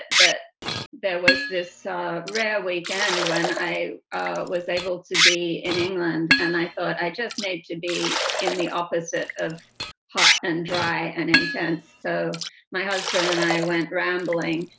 but there was this rare weekend when i ah was able to be in england and i thought i just need to be in the opposite of hot and dry and intense. so my husband and i went rambling,